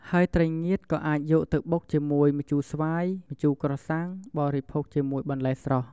ហើយត្រីងៀតក៏អាចយកទៅបុកជាមួយម្ជូរស្វាយ ម្ជូរក្រសាំង បរិភោគជាមួយបន្លែស្រស់។